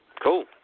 Cool